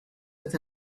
with